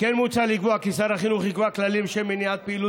כמו כן מוצע לקבוע כי שר החינוך יקבע כללים לשם מניעת פעילות